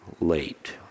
late